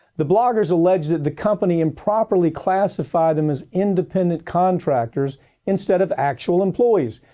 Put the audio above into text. the bloggers allege that the company improperly classified them as independent contractors instead of actual employees,